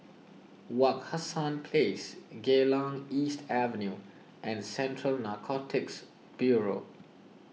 Wak Hassan Place Geylang East Avenue and Central Narcotics Bureau